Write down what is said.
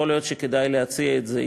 יכול להיות שכדאי להציע את זה,